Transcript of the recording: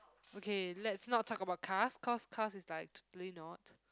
okay let's not talk about cars cause cars is like totally not